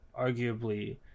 arguably